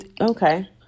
Okay